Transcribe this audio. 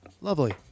Lovely